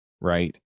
right